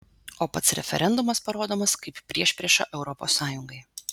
o pats referendumas parodomas kaip priešprieša europos sąjungai